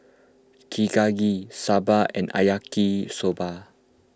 Chigenabe Sambar and Yaki Soba